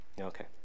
Okay